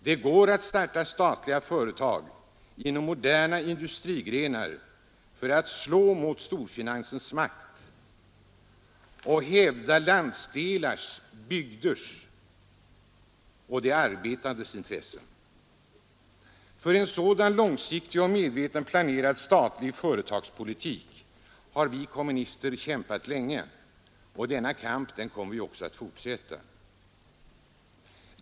Det går att starta statliga företag inom moderna industrigrenar för att slå mot storfinansens makt och hävda landsdelars, bygders och de arbetandes intressen. För en sådan långsiktig och medvetet planerad statlig företagspolitik har vi kommunister kämpat länge. Och denna kamp kommer vi att fortsätta.